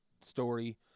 story